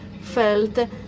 felt